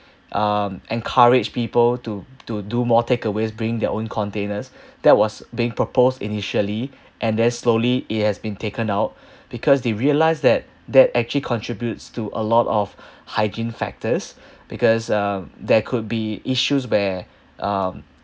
um encouraged people to to do more takeaways bring their own containers that was being proposed initially and then slowly it has been taken out because they realize that that actually contributes to a lot of hygiene factors because uh there could be issues where um